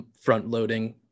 front-loading